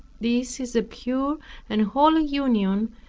this is a pure and holy union,